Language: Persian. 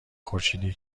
خورشیدی